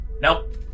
Nope